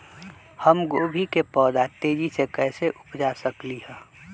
हम गोभी के पौधा तेजी से कैसे उपजा सकली ह?